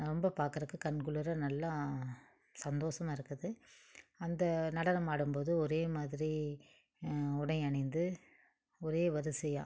ரொம்ப பார்க்குறக்கு கண் குளிர நல்லா சந்தோஷமாக இருக்குது அந்த நடனம் ஆடும்போது ஒரே மாதிரி உடை அணிந்து ஒரே வரிசையா